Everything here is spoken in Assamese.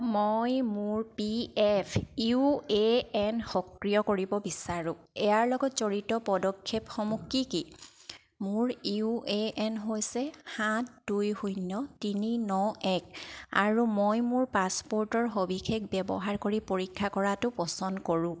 মই মোৰ P F U A N সক্ৰিয় কৰিব বিচাৰো ইয়াৰ লগত জড়িত পদক্ষেপসমূহ কি কি মোৰ ইউ এ এন হৈছে সাত দুই শূন্য তিনি ন এক আৰু মই মোৰ পাছপোৰ্টৰ সবিশেষ ব্যৱহাৰ কৰি পৰীক্ষা কৰাটো পচন্দ কৰোঁ